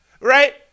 right